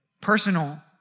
personal